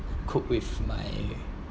cook with my